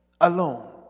alone